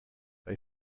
they